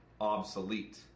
obsolete